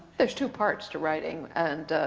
there's two parts to writing. and